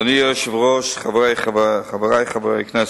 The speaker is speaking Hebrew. אדוני היושב-ראש, חברי חברי הכנסת,